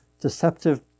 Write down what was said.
deceptive